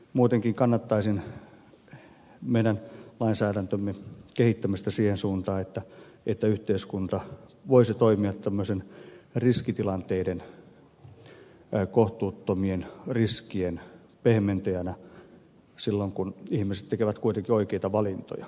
muutenkin kannattaisin meidän lainsäädäntömme kehittämistä siihen suuntaan että yhteiskunta voisi toimia tämmöisten riskitilanteiden kohtuuttomien riskien pehmentäjänä silloin kun ihmiset tekevät kuitenkin oikeita valintoja